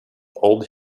old